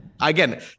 again